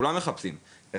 אתה מחפש איפה שכולם מחפשים.